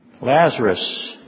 Lazarus